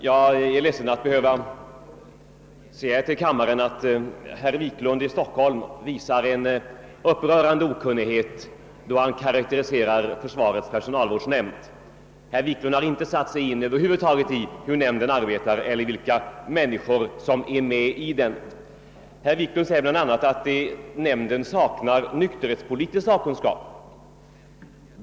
Herr talman! Jag är ledsen att behöva säga till kammaren att herr Wiklund i Stockholm visar en upprörande okunnighet då han karaktäriserar försvarets personalvårdsnämnd. Herr Wiklund har över huvud taget inte satt sig in i hur nämnden arbetar och hur den är sammansatt. Han säger bla. att nämnden saknar nykterhetspolitisk sakkunskap.